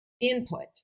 input